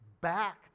back